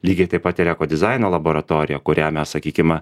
lygiai taip pat ir eko dizaino laboratorija kurią mes sakykim